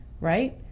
right